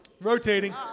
Rotating